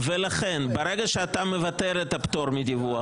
ולכן ברגע שאתה מבטל את הפטור מדיווח,